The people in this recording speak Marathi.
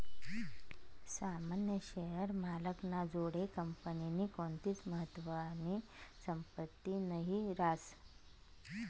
सामान्य शेअर मालक ना जोडे कंपनीनी कोणतीच महत्वानी संपत्ती नही रास